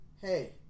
Hey